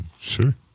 Sure